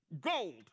gold